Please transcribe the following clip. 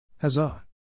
Huzzah